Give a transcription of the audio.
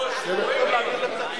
לוקח להם את הגאווה הזאת.